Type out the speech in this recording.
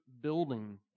building